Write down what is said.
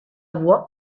voix